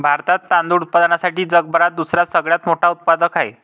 भारतात तांदूळ उत्पादनासाठी जगभरात दुसरा सगळ्यात मोठा उत्पादक आहे